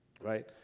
right